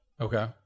okay